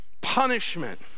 punishment